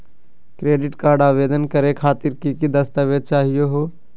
Credit card आवेदन करे खातिर की की दस्तावेज चाहीयो हो?